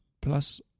plus